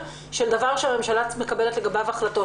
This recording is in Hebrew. עניין שהממשלה מקבלת בו החלטות.